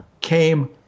came